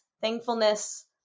thankfulness